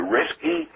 risky